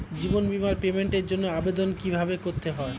জীবন বীমার পেমেন্টের জন্য আবেদন কিভাবে করতে হয়?